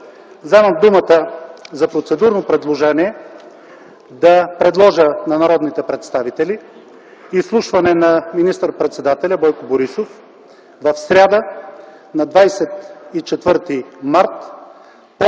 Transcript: вземам думата за процедурно предложение да предложа на народните представители изслушване на министър-председателя Бойко Борисов в сряда, на 24 март,